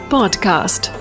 Podcast